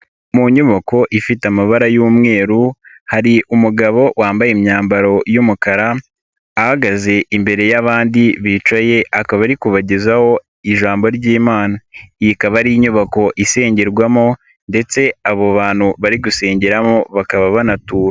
Mu nyubako ifite amabara y'umweru, hari umugabo wambaye imyambaro y'umukara, ahagaze imbere y'abandi bicaye, akaba ari kubagezaho ijambo ry'imana. Iyi ikaba ari inyubako isengerwamo ndetse abo bantu bari gusengeramo bakaba banatura.